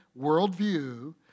worldview